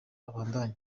abandanya